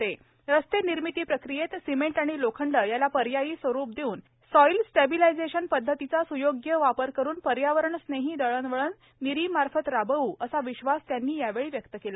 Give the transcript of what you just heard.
यावेळी बोलताना ते म्हणाले की रस्ते निर्मिती प्रकियेत सिमेंट आणि लोखंड याला पर्यायी स्वरूप देवून सॉईल स्टॅबीलायजेशन पद्धतीचा सुयोग्य वापर करून पर्यावरणस्नेही दळणवळण नीरी मार्फत राबवू असा विश्वास त्यांनी यावेळी व्यक्त केला